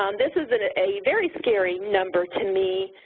um this is and a very scary number to me